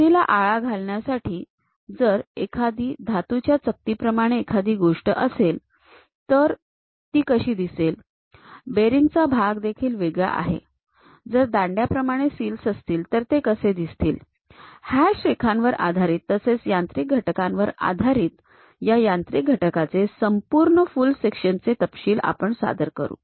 गळती ला आळाघालण्यासाठी जर एखादी धातूच्या चकतीप्रमाणे एखादी गोष्ट असेल तर ती कशी दिसेल बेअरिंग चा भाग देखील वेगळा आहे जर दांड्याप्रमाणे सील्स असतील तर ते कसे दिसतील हॅश रेखांवर आधारित तसेच यांत्रिक घटकांवर आधारित या यांत्रिक घटकाचे संपूर्ण फुल सेक्शन चे तपशील आपण सादर करू